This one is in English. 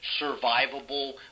survivable